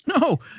No